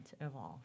evolve